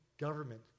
government